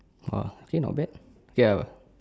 !wah! think not bad ya [what]